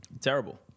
Terrible